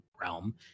realm